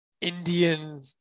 Indian